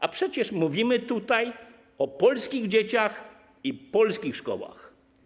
A przecież mówimy tutaj o polskich dzieciach i polskich szkołach.